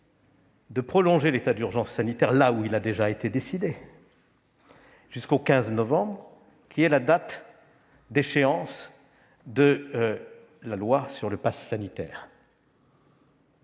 à prolonger l'état d'urgence sanitaire, là où il a déjà été décidé, jusqu'au 15 novembre, qui est la date d'échéance prévue par la loi sur le passe sanitaire.